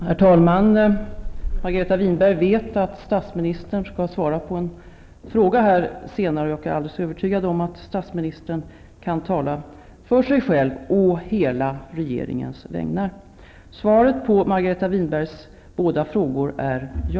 Herr talman! Margareta Winberg vet att statsministern skall svara på en fråga här senare. Jag är alldeles övertygad om att statsministern kan tala för sig själv å hela regeringens vägnar. Svaret på Margareta Winbergs båda frågor är: Ja.